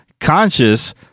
conscious